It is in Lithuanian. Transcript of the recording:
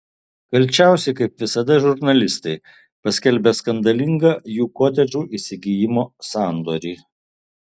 kalčiausi kaip visada žurnalistai paskelbę skandalingą jų kotedžų įsigijimo sandorį